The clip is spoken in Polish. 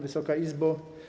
Wysoka Izbo!